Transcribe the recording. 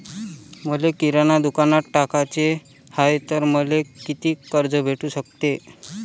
मले किराणा दुकानात टाकाचे हाय तर मले कितीक कर्ज भेटू सकते?